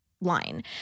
line